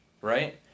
right